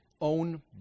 own